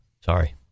Sorry